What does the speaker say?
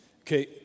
Okay